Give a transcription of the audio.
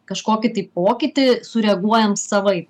kažkokį tai pokytį sureaguojam savaip